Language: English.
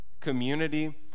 community